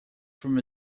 from